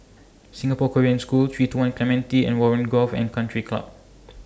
Singapore Korean School three two one Clementi and Warren Golf and Country Club